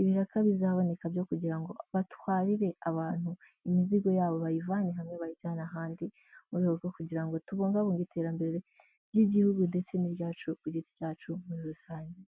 ibiraka bizaboneka byo kugira ngo batwarire abantu imizigo yabo bayivane hamwe bayijyana ahandi, mu rwego rwo kugira ngo tubungabunge iterambere ry'igihugu ndetse n'iryacu ku giti cyacu muri rusange.